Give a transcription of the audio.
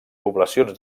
poblacions